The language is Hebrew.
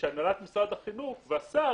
הנהלת משרד החינוך והשר,